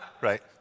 right